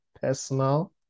personal